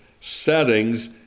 settings